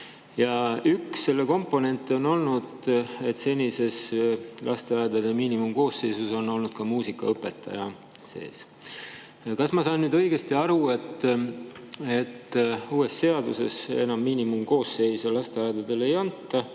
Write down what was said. Ja üks selle komponente on olnud, et senises lasteaedade miinimumkoosseisus on olnud ka muusikaõpetaja. Kas ma saan õigesti aru, et uues seaduses enam miinimumkoosseise lasteaedadele [ette